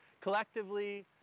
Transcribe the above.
collectively